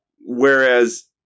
Whereas